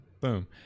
Boom